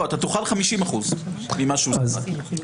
לא, אתה תוכל 50 אחוזים ממה שהוא תפס.